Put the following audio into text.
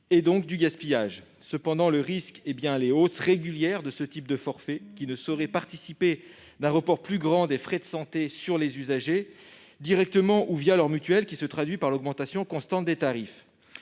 et donc de gaspillage. Le risque est bien celui la hausse régulière de ce type de forfait qui ne saurait participer d'un report plus grand des frais de santé sur les usagers, directement ou leurs mutuelles, qui se traduit par l'augmentation constante des tarifs.